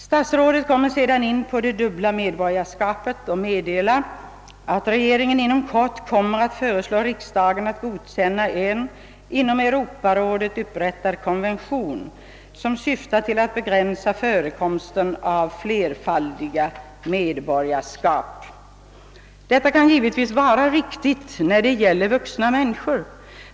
Statsrådet kommer sedan i sitt svar in på det dubbla medborgarskapet och meddelar att regeringen inom kort kommer att föreslå riksdagen att godkänna en inom Europarådet upprättad konvention, som syftar till att begränsa fö rekomsten av flerfaldiga medborgarskap. Detta kan givetvis vara riktigt när det gäller vuxna människor.